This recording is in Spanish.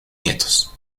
nietos